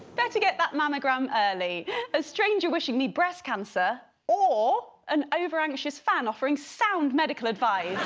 better get that mammogram early a stranger wishing me breast cancer or an overanxious fan offering sound medical advice